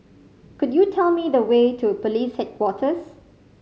could you tell me the way to Police Headquarters